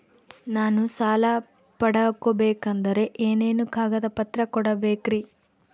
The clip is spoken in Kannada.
ನಾನು ಸಾಲ ಪಡಕೋಬೇಕಂದರೆ ಏನೇನು ಕಾಗದ ಪತ್ರ ಕೋಡಬೇಕ್ರಿ?